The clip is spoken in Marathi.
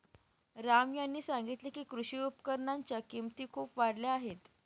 राम यांनी सांगितले की, कृषी उपकरणांच्या किमती खूप वाढल्या आहेत